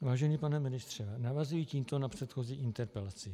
Vážený pane ministře, navazuji tímto na předchozí interpelaci.